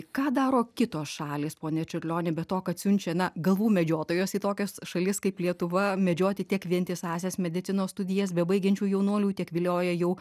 ką daro kitos šalys pone čiurlionį be to kad siunčia na galvų medžiotojus į tokias šalis kaip lietuva medžioti tiek vientisąsias medicinos studijas be baigiančių jaunuolių tiek vilioja jau